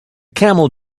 camel